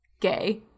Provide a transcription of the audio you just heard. gay